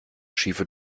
schiefe